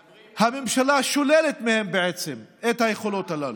שהממשלה בעצם שוללת מהם את היכולות הללו.